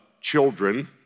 children